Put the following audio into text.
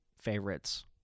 favorites